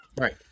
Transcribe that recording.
Right